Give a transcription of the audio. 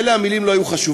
מילא המילים לא היו חשובות,